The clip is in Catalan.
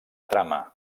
trama